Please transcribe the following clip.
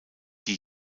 die